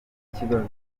n’ikibazo